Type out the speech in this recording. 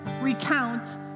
recount